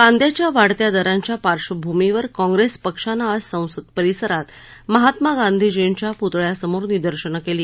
कांद्याच्या वाढत्या दरांच्या पार्श्वभूमीवर काँप्रेस पक्षानं आज संसद परिसरात महात्मा गांधीजींच्या पुतळ्यासमोर निदर्शनं केली